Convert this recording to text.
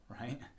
right